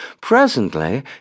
Presently